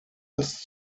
dass